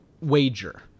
wager